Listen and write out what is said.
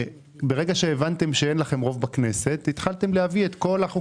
ברגע שהבנתם שאין לכם רוב בכנסת התחלתם להביא את כל הצעות